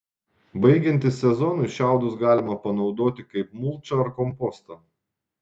baigiantis sezonui šiaudus galima panaudoti kaip mulčią ar kompostą